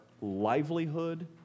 livelihood